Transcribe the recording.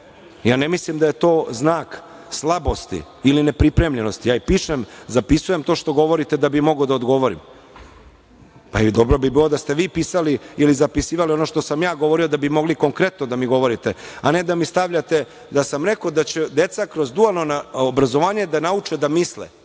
Ja ne mislim da je to znak slabosti ili nepripremljenosti. Zapisujem to što govorite da bih mogao da odgovorim. Dobro bi bilo da ste i vi pisali ili zapisivali ono što sam ja govorio, da bi mogli konkretno da mi govorite, a ne da mi stavljate da sam rekao da će deca kroz dualno obrazovanje da nauče da misle.